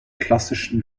klassischen